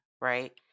right